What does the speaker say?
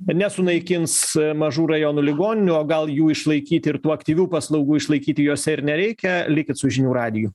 nesunaikins mažų rajonų ligoninių o gal jų išlaikyti ir tų aktyvių paslaugų išlaikyti jose ir nereikia likit su žinių radiju